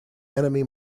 enemy